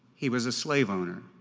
he was a slave owner.